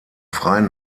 freien